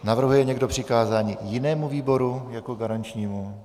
Navrhuje někdo přikázání jinému výboru jako garančnímu?